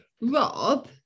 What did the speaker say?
Rob